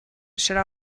should